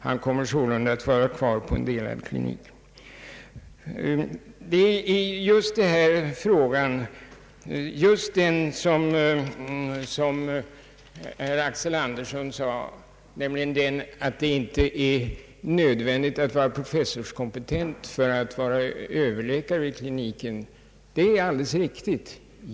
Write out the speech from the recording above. Han kommer sålunda att vara kvar på en delad klinik. Det är alldeles riktigt, som herr Axel Andersson sade, att det inte är nödvändigt att vara professorskompetent för att vara överläkare vid en klinik.